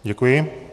Děkuji.